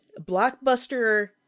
blockbuster